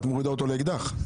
את מורידה אותו לאקדח?